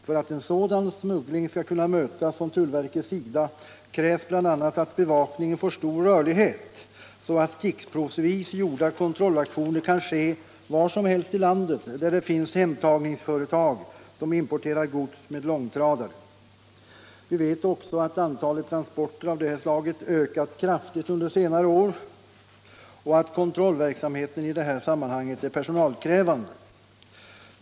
För att en sådan smuggling skall kunna mötas från tullverkets sida krävs bl.a. att bevakningen får stor rörlighet, så att stickprovsvis gjorda kontrollaktioner kan ske var som helst i landet där det finns hemtagningsföretag som importerar gods med långtradare. Vi vet också att antalet transporter av det här slaget ökat kraftigt under senare år och att kontrollverksamheten i sammanhanget är personalkrävande.